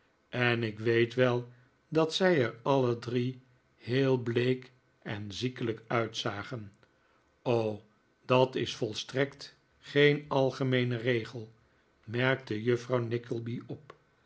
en ik weet wel dat zij er alle drie heel bleek en ziekelijk uitzagen o dat is volstrekt geen algemeene regel merkte juffrouw nickleby op